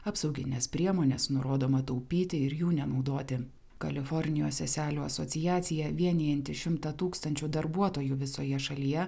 apsaugines priemones nurodoma taupyti ir jų nenaudoti kalifornijos seselių asociacija vienijanti šimtą tūkstančių darbuotojų visoje šalyje